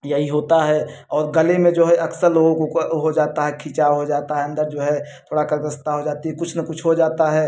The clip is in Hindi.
यही होता है और गले में जो है अक्सर लोगों को क हो जाता है खिंचाव हो जाता है अंदर जो है थोड़ा कदस्ता हो जाती है कुछ न कुछ हो जाता है